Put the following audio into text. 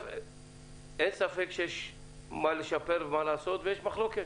אין ספק שיש מה לשפר ויש מחלוקת,